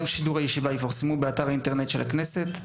שידור הישיבה יפורסמו באתר האינטרנט של הכנסת.